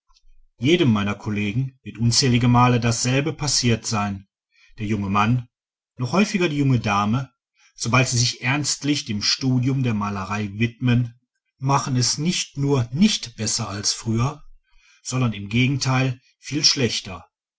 jedem meiner kollegen wird unzählige male dasselbe passiert sein der junge mann noch häufiger die junge dame so bald sie sich ernstlich dem studium der malerei widmen machen es nicht nur nicht besser als früher sondern im gegenteil viel schlechter